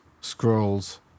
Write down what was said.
scrolls